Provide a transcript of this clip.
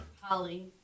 Holly